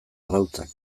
arrautzak